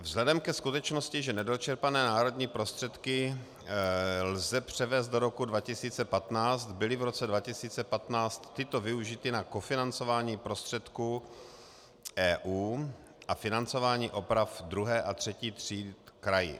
Vzhledem ke skutečnosti, že nedočerpané národní prostředky lze převést do roku 2015, byly v roce 2015 tyto využity na kofinancování prostředků EU a financování oprav druhé a třetích tříd v krajích.